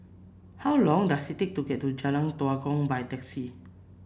how long does it take to get to Jalan Tua Kong by taxi